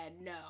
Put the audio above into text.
no